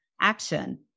action